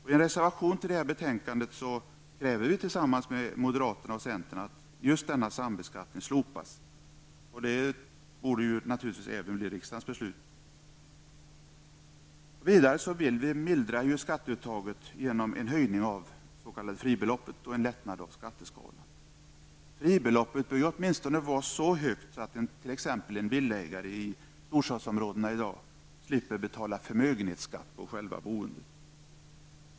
I en reservation till detta betänkande kräver vi, tillsammans med moderaterna och centern, att denna sambeskattning slopas. Det borde naturligtvis även bli riksdagens beslut. Vidare vill vi mildra skatteuttaget genom en höjning av det s.k. Fribeloppet bör åtminstone vara så högt att t.ex. villaägare i storstadsområdena slipper betala förmögenhetsskatt på själva boendet.